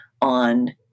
on